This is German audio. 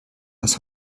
das